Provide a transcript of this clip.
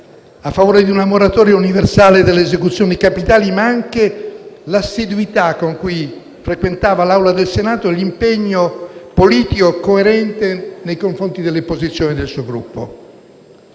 a favore di una moratoria universale delle esecuzioni capitali, ma anche l'assiduità con cui frequentava l'Aula del Senato e l'impegno politico coerente nei confronti delle posizioni del suo Gruppo.